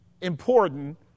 important